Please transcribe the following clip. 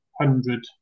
hundred